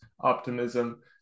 optimism